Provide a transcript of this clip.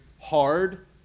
hard